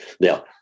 Now